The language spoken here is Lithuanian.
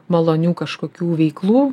malonių kažkokių veiklų